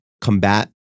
combat